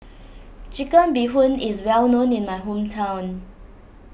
Chicken Bee Hoon is well known in my hometown